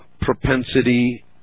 propensity